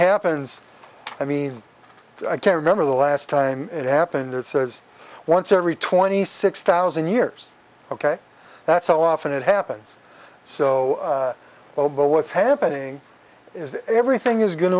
happens i mean i can't remember the last time it happened it says once every twenty six thousand years ok that's how often it happens so well but what's happening is everything is go